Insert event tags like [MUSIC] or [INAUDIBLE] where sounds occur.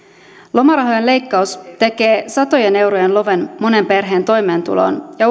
lomarahojen leikkaus tekee satojen eurojen loven monen perheen toimeentuloon ja [UNINTELLIGIBLE]